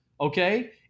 Okay